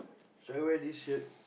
should I wear this shirt